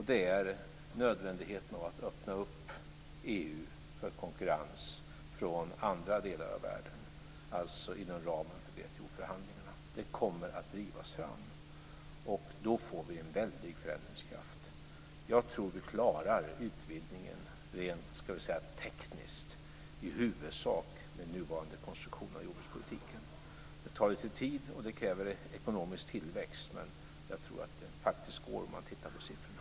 Det är nödvändigheten att öppna upp EU för konkurrens från andra delar av världen, alltså inom ramen för WTO-förhandlingarna. Det kommer att drivas fram. Då får vi en väldig förändringskraft. Jag tror att vi klarar utvidgningen rent - ska vi säga - tekniskt med i huvudsak nuvarande konstruktion av jordbrukspolitiken. Det tar lite tid och det kräver ekonomisk tillväxt, men jag tror att det faktiskt går om man tittar på siffrorna.